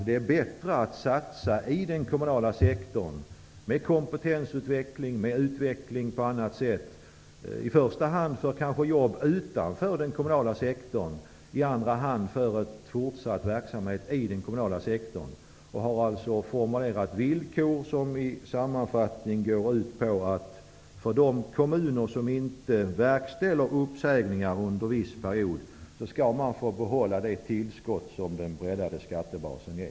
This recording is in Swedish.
Det är bättre att satsa på kompetensutveckling och utveckling på annat sätt i den kommunala sektorn, i första hand kanske för att åstadkomma jobb utanför den kommunala sektor och i andra hand för en fortsatt verksamhet i den kommunala sektorn. Vi har formulerat villkor som i sammanfattning går ut på att de kommuner som inte verkställer uppsägningar under en viss period skall få behålla det tillskott som den breddade skattebasen ger.